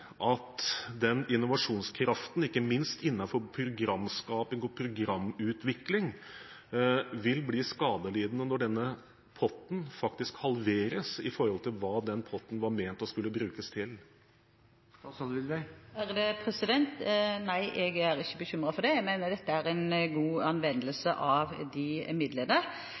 at den innovasjonskraften, ikke minst innenfor programskaping og programutvikling, vil bli skadelidende når denne potten faktisk halveres i forhold til hva den var ment å skulle brukes til? Nei, jeg er ikke bekymret for det. Jeg mener dette er en god